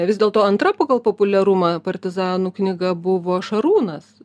vis dėlto antra pagal populiarumą partizanų knyga buvo šarūnas